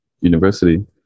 university